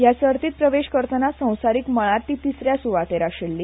हया सर्तीत प्रवेश करतना संवसारीक मळार ती तिस या सुवातेर आशिल्ली